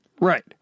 Right